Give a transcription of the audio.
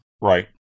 Right